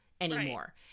anymore